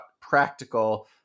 practical